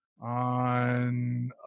on